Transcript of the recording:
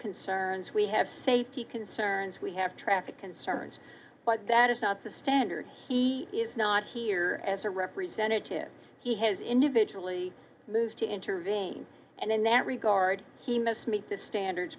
concerns we have safety concerns we have traffic concerns but that is not the standard he is not here as a representative he has individually moved to intervene and in that regard he must meet the standards